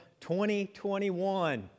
2021